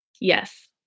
Yes